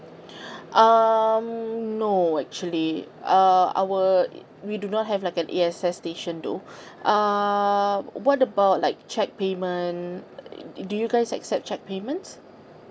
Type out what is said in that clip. um no actually uh our we do not have like an A X S station though uh what about like cheque payment d~ do you guys accept cheque payments